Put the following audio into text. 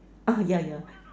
ah ya ya